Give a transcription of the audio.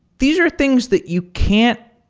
these are things that you can't